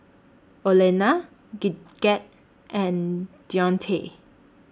Olena Gidget and Deontae